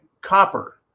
copper